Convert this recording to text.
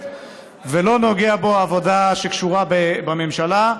ולא נוגעת בו עבודה שקשורה בממשלה.